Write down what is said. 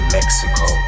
Mexico